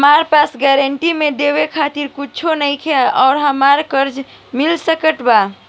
हमरा पास गारंटी मे देवे खातिर कुछूओ नईखे और हमरा कर्जा मिल सकत बा?